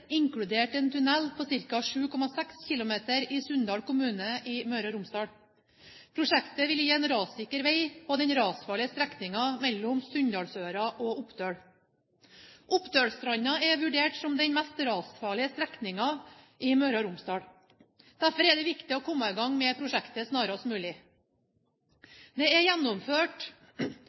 inkludert en tunnel på ca. 7,6 km i Sunndal kommune i Møre og Romsdal. Prosjektet vil gi en rassikker vei på den rasfarlige strekningen mellom Sunndalsøra og Oppdøl. Oppdølstranda er vurdert som den mest rasfarlige strekningen i Møre og Romsdal. Derfor er det viktig å komme i gang med prosjektet snarest mulig. Det er gjennomført